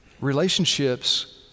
relationships